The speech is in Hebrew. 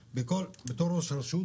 בתור ראש רשות,